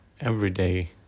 everyday